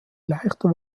leichter